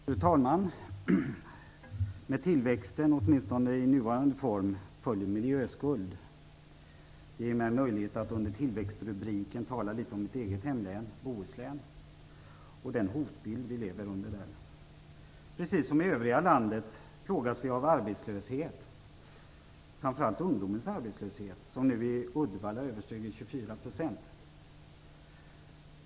Fru talman! Med tillväxten - åtminstone i nuvarande form - följer en miljöskuld. Det ger mig möjlighet att under tillväxtrubriken tala litet om mitt hemlän, Bohuslän, och den hotbild vi där lever under. Precis som i övriga landet plågas vi av arbetslöshet, och då framför allt ungdomens arbetslöshet, som nu i Uddevalla överstiger 24 %.